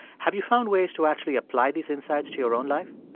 have you found ways to actually apply these insights to your own life?